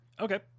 okay